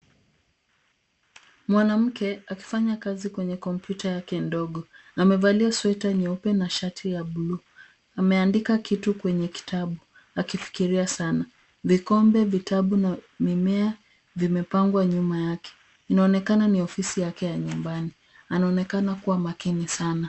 Mwanamke akifanya kazi kwenye kompyuta yake ndogo. Amevalia sweta nyeupe na shati ya bluu. Ameandika kitu kwenye kitabu akifikiria sana. Vikombe, vitabu na mimea vimepangwa nyuma yake. Inaonekana ni ofisi yake ya nyumbani. Anaonekana kuwa makini sana.